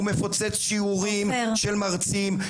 הוא מפוצץ שיעורים של מרצים,